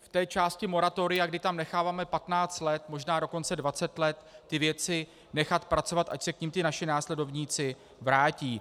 V té části moratoria, kdy tam necháváme 15 let, možná dokonce 20 let, ty věci nechat pracovat, ať se k nim ti naši následovníci vrátí.